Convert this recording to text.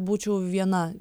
būčiau viena